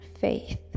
faith